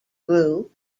grew